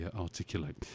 articulate